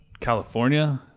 California